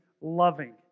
loving